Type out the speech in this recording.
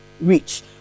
reach